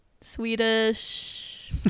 swedish